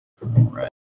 Right